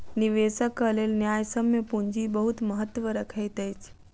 निवेशकक लेल न्यायसम्य पूंजी बहुत महत्त्व रखैत अछि